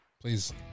Please